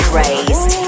raised